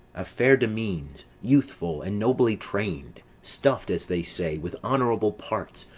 of fair demesnes, youthful, and nobly train'd, stuff'd, as they say, with honourable parts,